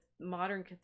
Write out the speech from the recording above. modern